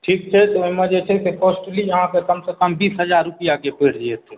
ठीक छै तऽ ओहिमे जे छै कॉस्टली अहाँके कमसँ कम बीस हजार रुपैआके पड़ि जेतै